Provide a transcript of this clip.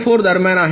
4 दरम्यान आहेत